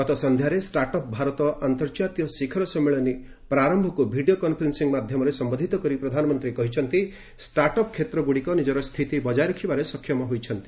ଗତ ସନ୍ଧ୍ୟାରେ ଷ୍ଟାର୍ଟଅପ୍ ଭାରତ ଆର୍ନ୍ତଜାତୀୟ ଶିଖର ସମ୍ମିଳନୀ 'ପ୍ରାରମ୍ଭ'କୁ ଭିଡିଓ କନ୍ଫରେନ୍ ି ମାଧ୍ୟମରେ ସମ୍ବୋଧୂତ କରି ପ୍ଧାନମନ୍ତ୍ରୀ କହିଚ୍ଚନ୍ତି ଷ୍ଟାର୍ଟଅପ କ୍ଷେତ୍ଗ୍ରଡିକ ନିଜର ସ୍ଥିତି ବଜାୟ ରଖିବାରେ ସକ୍ଷମ ହୋଇଛି